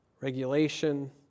regulation